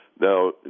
Now